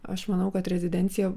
aš manau kad rezidencija